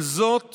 על זאת